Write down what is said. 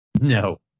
no